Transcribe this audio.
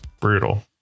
brutal